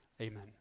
amen